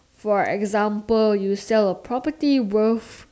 for example you sell a property worth